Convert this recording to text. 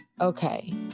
okay